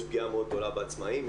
יש פגיעה מאוד גדולה בעצמאים,